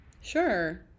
sure